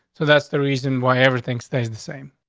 so that's the reason why everything stays the same.